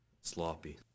sloppy